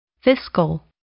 Fiscal